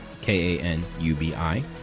K-A-N-U-B-I